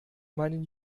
meinen